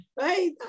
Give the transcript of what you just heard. right